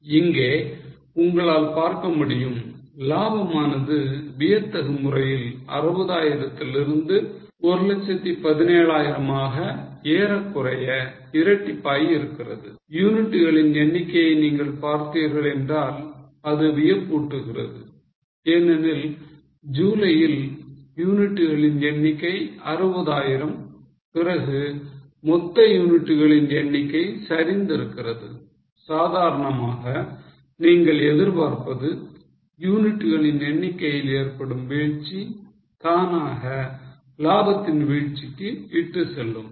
இங்கே உங்களால் பார்க்க முடியும் லாபமானது வியத்தகு முறையில் 60000 திலிருந்து 117000 மாக ஏறக்குறைய இரட்டிப்பாகி இருக்கிறது யூனிட்டுகளின் எண்ணிக்கையை நீங்கள் பார்த்தீர்கள் என்றால் அது வியப்பூட்டுகிறது ஏனெனில் ஜூலையில் யூனிட்டுகளின் எண்ணிக்கை 60000 பிறகு மொத்த யூனிட்டுகளின் எண்ணிக்கை சரிந்திருக்கிறது சாதாரணமாக நீங்கள் எதிர்பார்ப்பது யூனிட்டுகளின் எண்ணிக்கையில் ஏற்படும் வீழ்ச்சி தானாக லாபத்தின் வீழ்ச்சிக்கு இட்டுச்செல்லும்